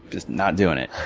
just not doing it.